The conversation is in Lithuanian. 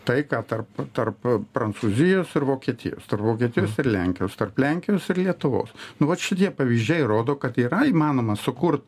taiką tarp tarp prancūzijos ir vokietijos tarp vokietijos ir lenkijos tarp lenkijos ir lietuvos nu vat šitie pavyzdžiai rodo kad yra įmanoma sukurt